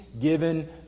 given